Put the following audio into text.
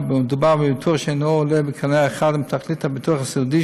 מדובר בביטוח שאינו עולה בקנה אחד עם תכלית הביטוח הסיעודי,